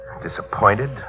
disappointed